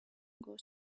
goes